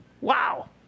Wow